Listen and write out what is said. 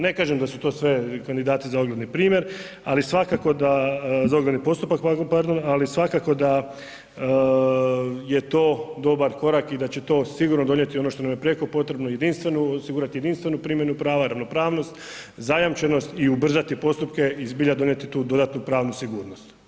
Ne kažem da su to sve kandidati za ogledni primjer, ali svakako da, za ogledni postupak, pardon, ali svakako da je to dobar korak i da će to sigurno donijeti ono što nam je prijeko potrebno jedinstvenu, osigurati jedinstvenu primjenu prava, ravnopravnost, zajamčenost i ubrzati postupke i zbilja donijeti tu dodatnu pravnu sigurnost.